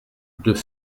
deux